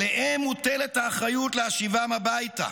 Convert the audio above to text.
עליהם מוטלות האחריות להשיבם הביתה